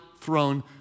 throne